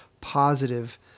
positive